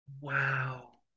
Wow